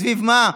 סביב מה?